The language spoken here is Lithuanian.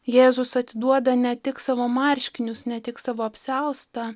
jėzus atiduoda ne tik savo marškinius ne tik savo apsiaustą